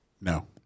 No